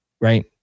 right